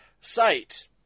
site